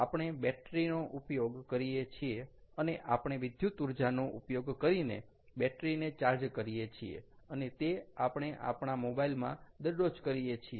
આપણે બેટરી નો ઉપયોગ કરીએ છીએ અને આપણે વિદ્યુત ઊર્જાનો ઉપયોગ કરીને બેટરી ને ચાર્જ કરીએ છીએ અને તે આપણે આપણા મોબાઈલ માં દરરોજ કરીએ છીએ